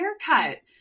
haircut